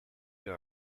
you